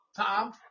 Tom